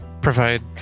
provide